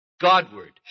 Godward